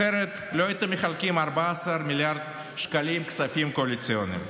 אחרת לא הייתם מחלקים 14 מיליארד שקלים כספים קואליציוניים.